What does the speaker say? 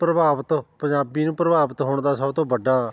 ਪ੍ਰਭਾਵਿਤ ਪੰਜਾਬੀ ਨੂੰ ਪ੍ਰਭਾਵਿਤ ਹੋਣ ਦਾ ਸਭ ਤੋਂ ਵੱਡਾ